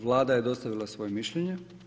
Vlada je dostavila dvoje mišljenje.